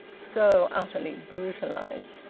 so utterly brutalised.